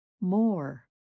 More